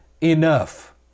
enough